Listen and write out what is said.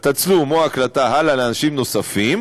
התצלום או ההקלטה הלאה לאנשים נוספים,